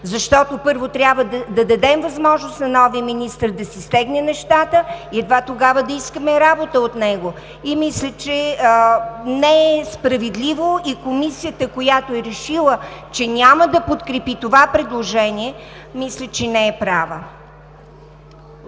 защото, първо, трябва да дадем възможност на новия министър да си стегне нещата и едва тогава да искаме работа от него. Мисля, че не е справедливо и Комисията, която е решила, че няма да подкрепи това предложение, не е права.